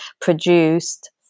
produced